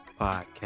Podcast